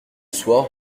soir